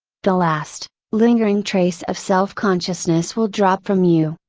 the last, lingering trace of self consciousness will drop from you.